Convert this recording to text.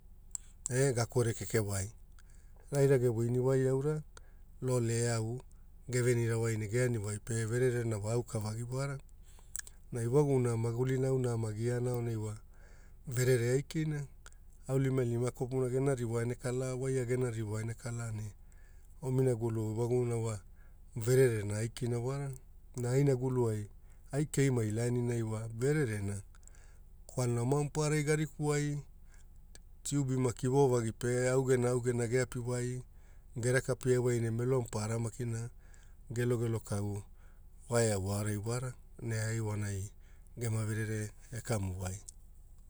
E ga korere keke wai raira ge wini waiaura lole au gevenira wai ne gega niwai pe vererena aukavagi wara. Na ewaguna mauli auna amagiana wa verere aikina aulimalima kwapuna gena ririwa ena kala, voia gena ririwa ene kala ne omina gulu ewaguna wa vererena aikina wara na aina guluai, ai keimai laaniani wa vererena kalana oma mapararai gariku wai, tiubi maki vovagi pe augena geapi wai gerakapia wai ne Melo mapararara gelogelo kau voau aonai wara ne ai vonai gema verere gekamu wai.